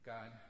God